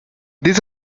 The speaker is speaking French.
des